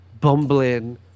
bumbling